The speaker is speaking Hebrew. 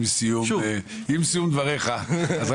עם סיום דברייך עלתה המצגת,